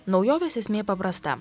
naujovės esmė paprasta